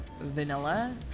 vanilla